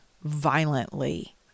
violently